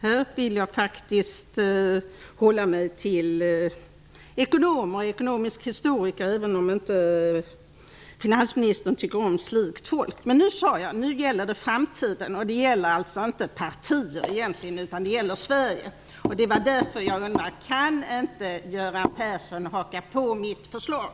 Här vill jag faktiskt hålla mig till ekonomer och ekonomiska historiker, även om finansministern inte tycker om slikt folk. Nu gäller det, som sagt, framtiden. Och det gäller egentligen inte partierna utan Sverige. Därför undrar jag: Kan inte Göran Persson haka på mitt förslag?